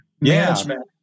management